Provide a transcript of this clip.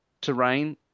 terrain